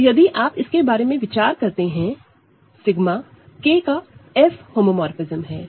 तो यदि आप इसके बारे में विचार करते हैं सिगमा K का F होमोमोरफ़िज्म है